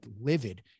livid